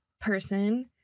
person